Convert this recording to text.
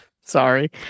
Sorry